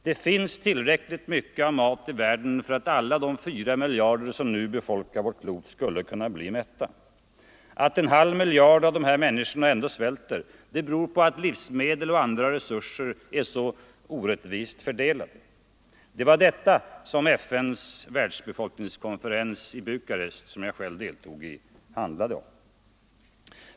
Det finns tillräckligt mycket mat i världen för att alla de 4 miljarder som nu befolkar vårt klot skulle kunna bli mätta. Att en halv miljard ändå svälter beror på att livsmedel och andra resurser är så orättvist fördelade. Det var detta FN:s världsbefolkningskonferens i Bukarest, som jag själv deltog i, handlade om.